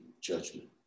judgment